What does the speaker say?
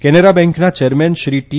કેનરા બેંકના chairman Shri T